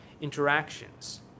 interactions